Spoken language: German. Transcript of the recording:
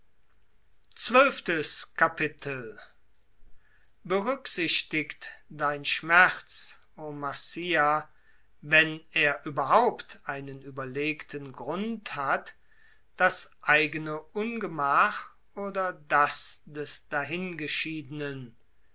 berücksichtigt dein schmerz o marcia wenn er überhaupt einen überlegten grund hat das eigene ungemach oder das des